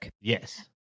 Yes